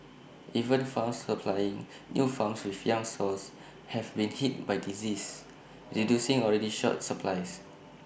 even farms supplying new farms with young sows have been hit by disease reducing already short supplies